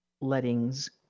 lettings